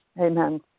Amen